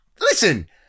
listen